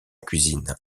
cuisine